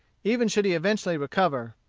even should he eventually recover.